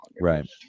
Right